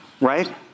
Right